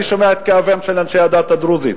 אני שומע את כאבם של אנשי הדת הדרוזית,